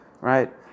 right